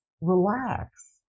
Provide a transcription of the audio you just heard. relax